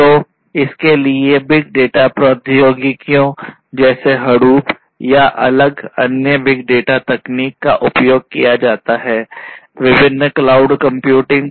तो इसके लिए बिग डेटा प्रौद्योगिकियों जैसे हडूप